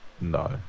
no